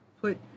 put